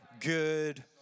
good